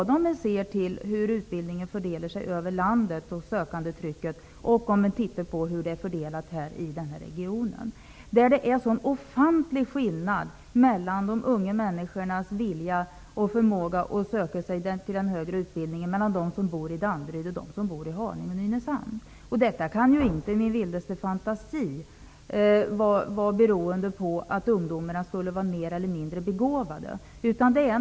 Den spelar stor roll både vad gäller fördelningen av utbildningen över hela landet och vad gäller fördelningen i denna region. Lokaliseringen spelar också stor roll vad gäller trycket från sökande till viss utbilding. Skillnaden är så offantligt stor mellan de unga människor som bor i Danderyd och dem som bor i Haninge och Nynäshamn vad gäller deras vilja och förmåga att söka till den högre utbildningen. I min vildaste fantasi kan jag inte tro att ungdomar är mer eller mindre begåvade beroende på var de bor.